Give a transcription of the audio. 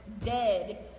dead